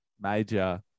major